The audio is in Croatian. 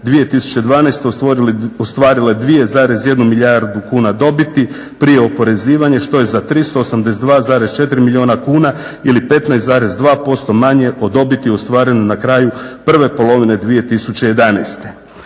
2012. ostvarile 2,1 milijardu kuna dobiti prije oporezivanja što je za 382,4 milijuna kuna ili 15,2% manje od dobiti ostvarene na kraju prve polovine 2011.